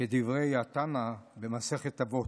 כדברי התנא במסכת אבות,